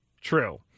true